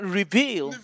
reveal